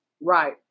Right